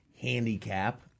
handicap